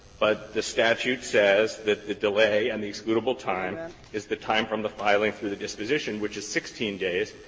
but the statute says that the delay and the excludable time is the time from the filing through the disposition, which is sixteen days.